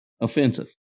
offensive